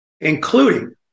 including